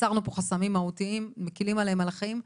הסרנו פה חסמים מהותיים, מקלים להם על החיים.